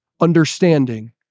understanding